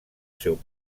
seu